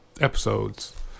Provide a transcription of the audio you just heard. episodes